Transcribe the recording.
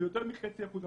ביותר מחצי אחוז.